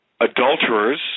adulterers